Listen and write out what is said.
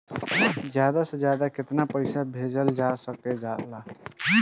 ज्यादा से ज्यादा केताना पैसा भेजल जा सकल जाला?